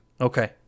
okay